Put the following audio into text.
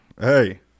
hey